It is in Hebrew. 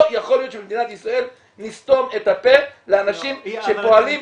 לא יכול להיות שבמדינת ישראל נסתום את הפה לאנשים שפועלים,